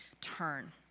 turn